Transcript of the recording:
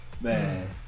Man